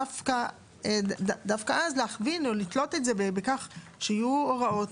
דווקא אז להכווין או לתלות את זה בכך שיהיו הוראות